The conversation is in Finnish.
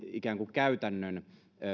käytännön